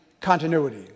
continuity